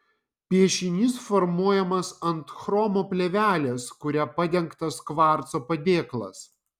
piešinys formuojamas ant chromo plėvelės kuria padengtas kvarco padėklas